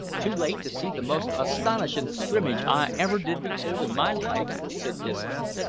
too late to see the most a-stonishin' scrimmage i ever did behold in my life, said disco.